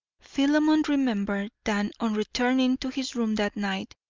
philemon remembered that on returning to his room that night,